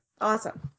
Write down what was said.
Awesome